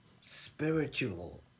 spiritual